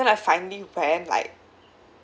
then I finally went like